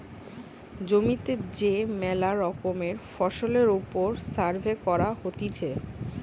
জমিতে যে মেলা রকমের ফসলের ওপর সার্ভে করা হতিছে